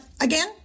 again